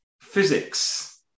physics